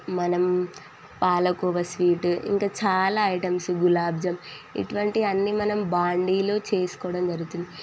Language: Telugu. మనం పాలకోవా స్వీటు ఇంకా చాలా ఐటమ్స్ గులాబ్ జామున్ ఇటువంటివన్నీ మనం బాండీలో చేసుకోవడం జరుగుతుంది